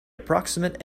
approximate